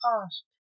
asked